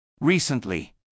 Recently